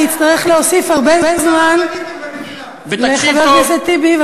אני אצטרך להוסיף הרבה זמן לחבר הכנסת טיבי.